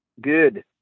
good